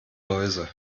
läuse